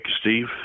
Steve